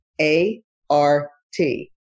A-R-T